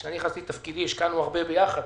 כשנכנסתי תפקידי השקענו הרבה ביחד